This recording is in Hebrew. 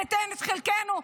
ניתן את חלקנו.